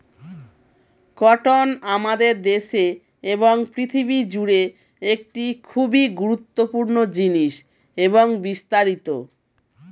cotton আমাদের দেশে এবং পৃথিবী জুড়ে একটি খুবই গুরুত্বপূর্ণ জিনিস এবং বিস্তারিত